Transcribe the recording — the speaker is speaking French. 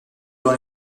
dans